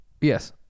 Yes